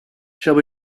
shall